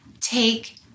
take